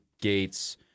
gates—